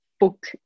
book